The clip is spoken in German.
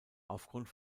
aufgrund